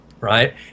right